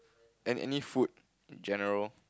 and any food in general